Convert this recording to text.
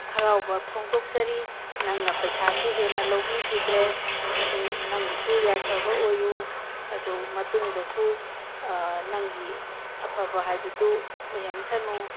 ꯍꯔꯥꯎꯕ ꯐꯣꯡꯗꯣꯛꯆꯔꯤ ꯅꯪꯅ ꯄꯩꯁꯥꯁꯨ ꯍꯦꯟꯅ ꯂꯧꯕꯤꯈꯤꯗ꯭ꯔꯦ ꯑꯗꯣ ꯅꯪꯒꯤꯁꯨ ꯌꯥꯏꯐꯕ ꯑꯣꯏꯌꯨ ꯑꯗꯣ ꯃꯇꯨꯡꯗꯁꯨ ꯅꯪꯒꯤ ꯑꯐꯕ ꯍꯥꯏꯕꯗꯨ ꯑꯣꯏꯍꯟꯁꯅꯨ